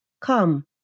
Come